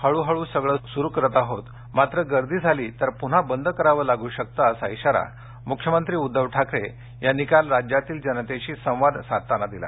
हळूहळू सगळं सुरु करतो आहोत मात्र गर्दी झाली तर पुन्हा बंद करावं लागू शकतं असा इशारा मुख्यमंत्री उद्धव ठाकरे यांनी काल जनतेशी संवाद साधताना दिला